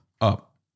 Up